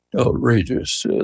outrageous